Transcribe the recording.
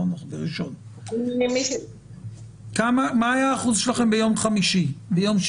מה היה האחוז שלכם ביום שישי?